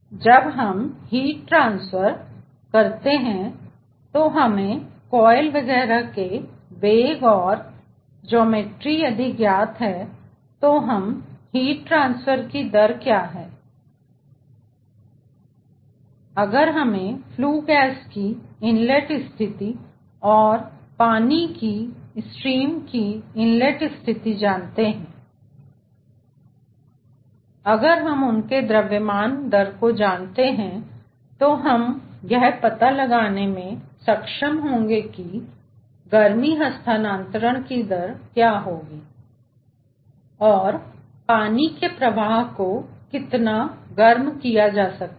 जब हम heat transfer अंतर्गत करते हैं और हमें कॉयल वगैरह के वेग और ज्यामितिरेखागणित ज्ञात है यह जानने के लिए कि हीट ट्रांसफर की दर क्या है तो अगर हमें फ्ल्यू गैस की इनलेट स्थिति और पानी की प्रवाहस्ट्रीम की इनलेट स्थिति को जानते हैं अगर हम उनके द्रव्यमान प्रवाहस्ट्रीम दर को जानते हैं हम यह पता लगाने में सक्षम होंगे कि गर्मी हस्तांतरण की दर क्या होगी और पानी की प्रवाह को कितना गर्म किया जा सकता है